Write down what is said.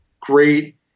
great